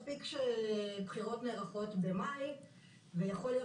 מספיק שבחירות נערכות במאי ויכול להיות